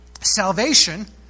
salvation